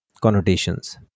connotations